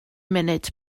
munud